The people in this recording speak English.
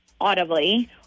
audibly